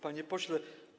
Panie Pośle!